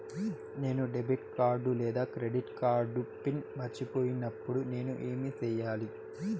నేను debit card లేదా credit card pin మర్చిపోయినప్పుడు నేను ఏమి సెయ్యాలి?